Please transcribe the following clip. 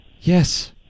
Yes